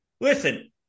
Listen